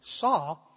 saw